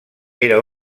era